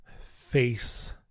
face